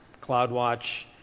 CloudWatch